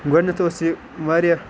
گۄڈنٮ۪تھ اوس یہِ واریاہ